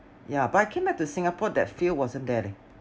yeah but I came back to Singapore that feel wasn't there leh